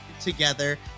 together